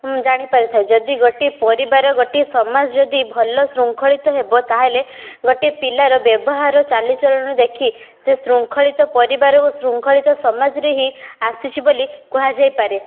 ମୁଁ ଜାଣିପାରିଥାଏ ଯଦି ଗୋଟିଏ ପରିବାର ଗୋଟିଏ ସମାଜ ଯଦି ଭଲ ଶୃଙ୍ଖଳିତ ହେବ ତା'ହେଲେ ଗୋଟେ ପିଲାର ବ୍ୟବହାର ଚାଲିଚଳଣ ଦେଖି ସେ ଶୃଙ୍ଖଳିତ ପରିବାର ଓ ଶୃଙ୍ଖଳିତ ସମାଜରୁ ହିଁ ଆସିଛି ବୋଲି କୁହାଯାଇପାରେ